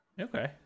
okay